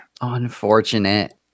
Unfortunate